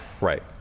Right